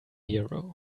hero